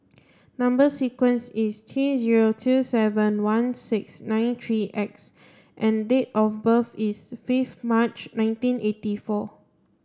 number sequence is T zero two seven one six nine three X and date of birth is fifth March nineteen eighty four